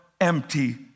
empty